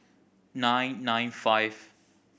nine nine five